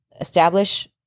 establish